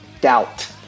Doubt